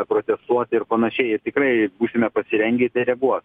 protestuoti ir panašiai ir tikrai būsime pasirengę į tai reaguot